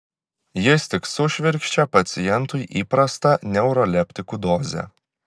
jis tik sušvirkščia pacientui įprastą neuroleptikų dozę